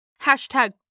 Hashtag